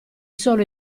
solo